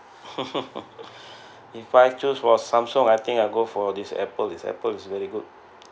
if I choose for Samsung I think I go for this Apple is Apple's very good